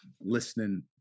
listening